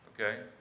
Okay